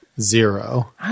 Zero